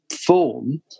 form